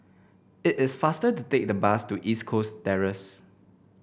it is faster to take the bus to East Coast Terrace